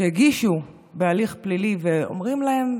שהגישו הליך פלילי ואומרים להם: